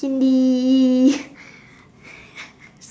hindi